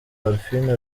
parfine